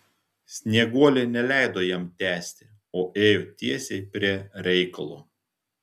snieguolė neleido jam tęsti o ėjo tiesiai prie reikalo